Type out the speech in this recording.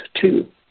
two